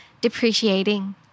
depreciating